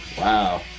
Wow